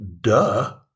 duh